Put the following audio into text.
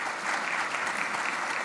(מחיאות כפיים)